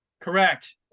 Correct